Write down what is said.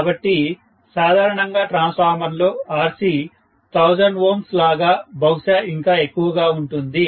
కాబట్టి సాధారణంగా ట్రాన్స్ఫార్మర్లో RC 1000 Ω లాగా బహుశా ఇంకా ఎక్కువగా ఉంటుంది